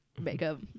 makeup